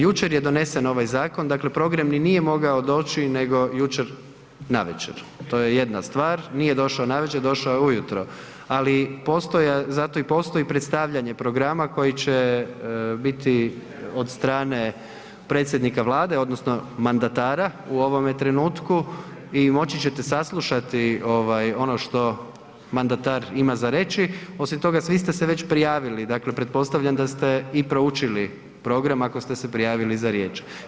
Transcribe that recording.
Jučer je donesen ovaj zakon, dakle ni nije mogao doći nego jučer navečer, to je jedna stvar, nije došao navečer, došao je ujutro ali zato i postoji predstavljanje programa koji će biti od strane predsjednika Vlade odnosno mandatara u ovome trenutku i moći ćete saslušati ono što mandatar ima za reći, osim toga svi ste već prijavili, dakle pretpostavljam da ste i proučili program ako ste se prijavili za riječ.